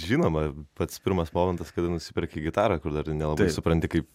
žinoma pats pirmas momentas kada nusiperki gitarą kur dar nelabai supranti kaip